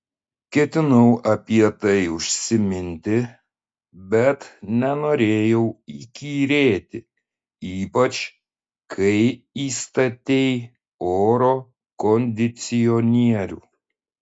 ketinau apie tai užsiminti bet nenorėjau įkyrėti ypač kai įstatei oro kondicionierių